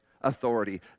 authority